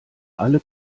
alle